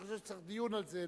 אני חושב שצריך דיון על זה,